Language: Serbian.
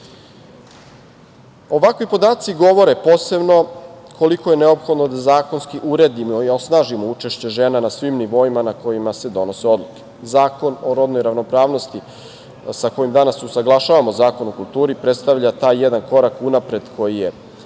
podaci govore posebno koliko je neophodno da zakonski uredimo i osnažimo učešće žena na svim nivoima na kojima se donose odluke. Zakon o rodnoj ravnopravnosti sa kojim danas usaglašavamo Zakon o kulturi predstavlja taj jedan korak unapred koji je